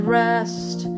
rest